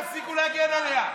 תפסיקו להגן עליה.